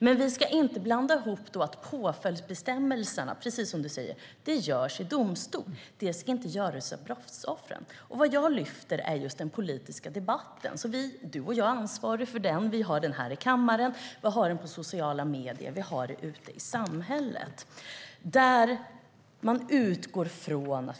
Men precis som du säger är det domstol som bestämmer påföljden; det ska inte bestämmas av brottsoffren. Vad jag lyfter fram är den politiska debatten. Du och jag är ansvariga för den, och vi har den här i kammaren, i sociala medier och ute i samhället.